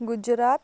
Gujarat